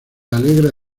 alegra